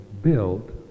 Built